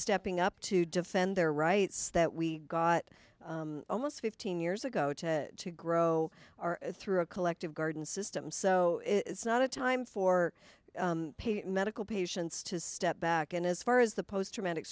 stepping up to defend their rights that we got almost fifteen years ago to grow are through a collective garden system so it's not a time for medical patients to step back and as far as the post traumatic